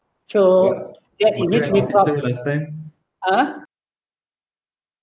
so that did makes me proud ah